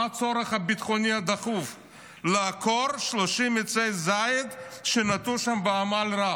מה הצורך הביטחוני הדחוף לעקור 30 עצי זית שנטעו שם בעמל רב,